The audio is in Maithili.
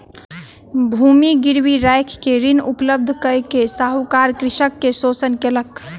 भूमि गिरवी राइख के ऋण उपलब्ध कय के साहूकार कृषक के शोषण केलक